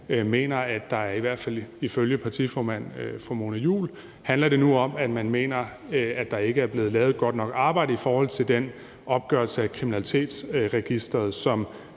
Nu handler det i hvert fald ifølge partiformand fru Mona Juul om, at man mener, at der ikke er blevet lavet et godt nok arbejde i forhold til den opgørelse af kriminalitetsregisteret, som